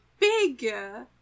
bigger